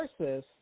versus